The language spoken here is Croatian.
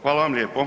Hvala vam lijepo.